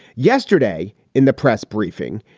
yesterday in the press briefing,